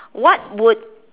what would